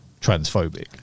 transphobic